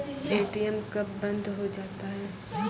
ATM कब बंद हो जाता हैं?